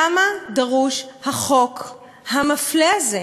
למה דרוש החוק המפלה הזה?